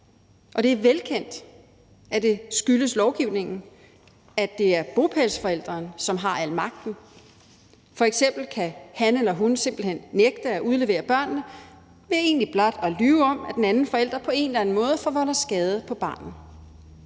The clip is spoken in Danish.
Og det er velkendt, at det skyldes lovgivningen, at det er bopælsforælderen, som har al magten. F.eks. kan han eller hun simpelt hen nægte at udlevere børnene ved egentlig blot at lyve om, at den anden forælder på en eller anden måde forvolder skade på barnet.